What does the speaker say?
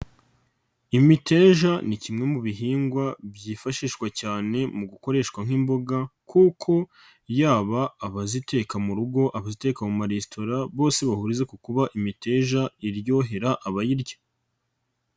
Imiteja ni kimwe mu bihingwa byifashishwa cyane mu gukoreshwa nk'imboga kuko yaba abaziteka mu rugo, abaziteka mu maresitora bose bahuririza ku kuba imiteja iryohera abayirya.